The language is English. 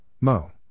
Mo